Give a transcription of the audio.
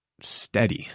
steady